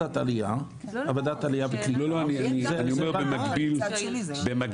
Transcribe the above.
וועדת עליה- - אני אומר במקביל,